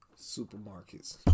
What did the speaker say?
supermarkets